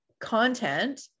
content